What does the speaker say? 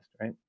Right